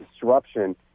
disruption